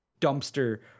dumpster